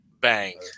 Bang